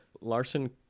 Larson